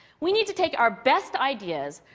we need to take our best ideas,